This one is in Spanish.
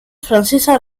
francesa